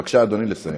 בבקשה, אדוני, לסיים.